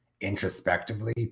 introspectively